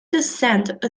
descend